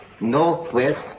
northwest